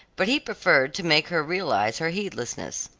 but he preferred to make her realize her heedlessness.